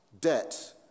debt